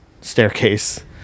staircase